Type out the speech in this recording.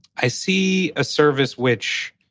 i see a service which